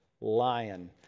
lion